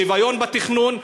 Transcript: שוויון בתכנון,